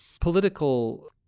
political